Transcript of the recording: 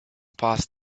passed